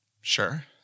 Sure